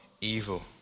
evil